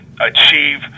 achieve